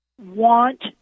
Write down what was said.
want